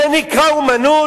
זה נקרא אמנות?